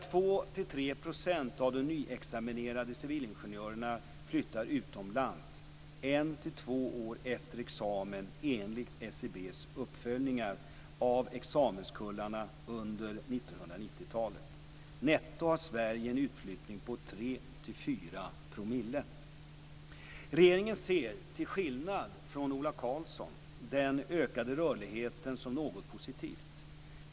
2-3 % av de nyexaminerade civilingenjörerna flyttar utomlands 1-2 år efter examen enligt SCB:s uppföljningar av examenskullarna under 1990-talet. Netto har Sverige en utflyttning på 3 Regeringen ser, till skillnad från Ola Karlsson, den ökade rörligheten som något positivt.